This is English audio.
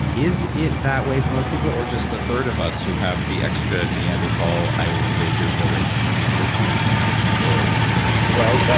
is it that way for most people or just the third of us who have the extra neanderthal, i will invade your village and take your food even if it's spoiled genes? well,